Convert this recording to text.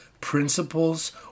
principles